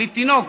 אני תינוק,